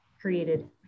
created